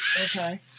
Okay